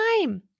time